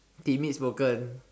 timid spoken